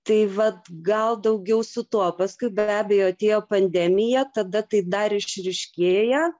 tai vat gal daugiau su tuo paskui be abejo atėjo pandemija tada tai dar išryškėja